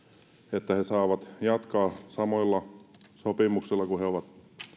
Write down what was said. että he saavat jatkaa samoilla sopimuksilla kuin millä he ovat